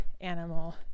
animal